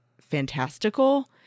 fantastical